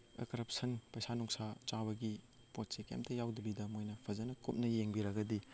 corruption ꯄꯩꯁꯥ ꯅꯨꯡꯁꯥ ꯆꯥꯕꯒꯤ ꯄꯣꯠꯁꯤ ꯀꯩꯝꯇ ꯌꯥꯎꯗꯕꯤꯗ ꯃꯣꯏꯅ ꯐꯖꯅ ꯀꯨꯞꯅ ꯌꯦꯡꯕꯤꯔꯒꯗꯤ